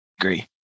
Agree